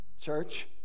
Church